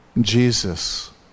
Jesus